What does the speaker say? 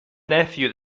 nephew